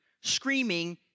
screaming